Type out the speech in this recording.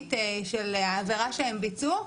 עניינית של העבירה שהם ביצעו.